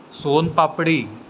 soan papdi